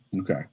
Okay